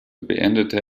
beendete